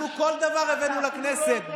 אנחנו כל דבר הבאנו לכנסת.